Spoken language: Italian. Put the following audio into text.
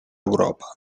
europa